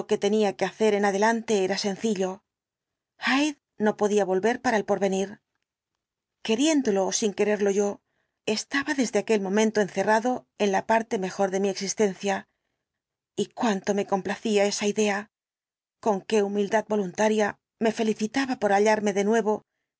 tenía que hacer en adelante era sencillo hyde no podía volver para el porvenir explicación completa del caso queriéndolo ó sin quererlo yo estaba desde aquel momento encerrado en la parte mejor de mi existencia y cuánto me complacía esa idea con qué humildad voluntaria me felicitaba por hallarme de nuevo dentro de